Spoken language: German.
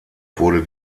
wurde